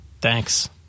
Thanks